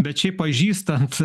bet šiaip pažįstant